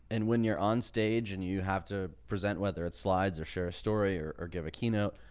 and when you're on stage and you have to present whether it's slides or share a story or or give a keynote,